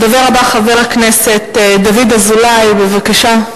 הדובר הבא, חבר הכנסת דוד אזולאי, בבקשה.